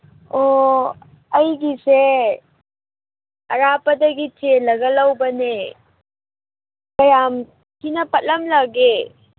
ꯑꯣ ꯑꯩꯒꯤꯁꯦ ꯑꯔꯥꯞꯄꯗꯒꯤ ꯆꯦꯜꯂꯒ ꯂꯧꯕꯅꯦ ꯀꯌꯥꯝ ꯊꯤꯅ ꯄꯠꯂꯝꯂꯒꯦ